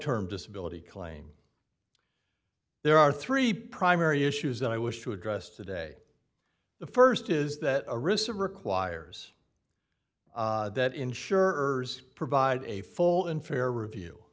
term disability claim there are three primary issues that i wish to address today the st is that a receipt requires that insurers provide a full and fair review